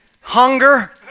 hunger